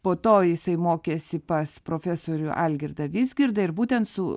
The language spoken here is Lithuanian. po to jisai mokėsi pas profesorių algirdą vizgirdą ir būtent su